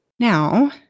Now